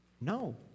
No